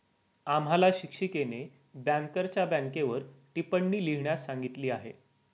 आम्हाला शिक्षिकेने बँकरच्या बँकेवर टिप्पणी लिहिण्यास सांगितली आहे